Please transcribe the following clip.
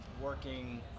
working